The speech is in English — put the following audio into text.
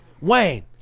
Wayne